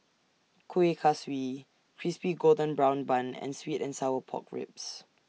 Kueh Kaswi Crispy Golden Brown Bun and Sweet and Sour Pork Ribs